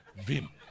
vim